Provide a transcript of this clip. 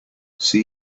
see